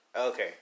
Okay